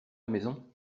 maison